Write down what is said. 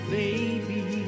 baby